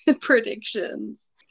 predictions